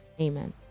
amen